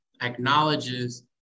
acknowledges